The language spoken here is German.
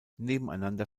nebeneinander